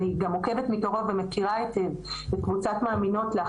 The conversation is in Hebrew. אני גם עוקבת מקרוב ואני מכירה את קבוצת "מאמינות לך".